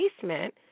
basement